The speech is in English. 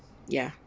ya